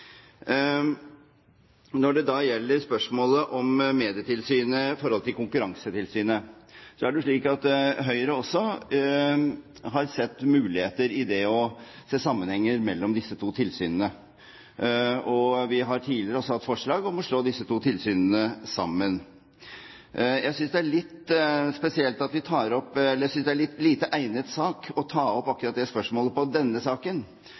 Når det da gjelder spørsmålet om Medietilsynet og Konkurransetilsynet, er det slik at også Høyre har sett sammenhengen mellom disse to tilsynene. Vi har tidligere hatt forslag om å slå disse to tilsynene sammen. Jeg synes denne saken er lite egnet til å ta opp akkurat det spørsmålet. Denne saken